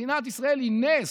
מדינת ישראל היא נס.